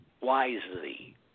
wisely